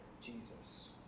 Jesus